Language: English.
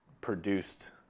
produced